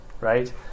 right